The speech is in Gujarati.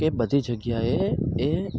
કે બધી જગ્યાએ એ